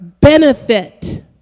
benefit